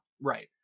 right